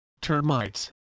termites